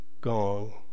gong